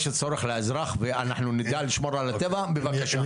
יש צורך לאזרח ואנחנו נדע לשמור על הטבע בבקשה.